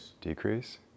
Decrease